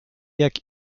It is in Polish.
jak